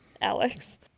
Alex